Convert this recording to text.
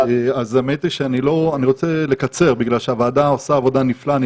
האמת שאני רוצה לקצר בגלל שהוועדה עושה עבודה נפלאה.